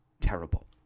terrible